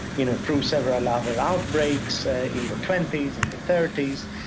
you know, through several other outbreaks ah in the twenty s, in the thirty s,